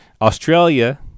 Australia